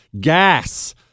gas